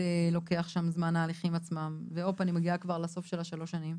לוקח שם זמן ההליכים עצמם והופ אני מגיעה כבר לסוף של השלוש שנים.